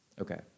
Okay